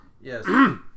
Yes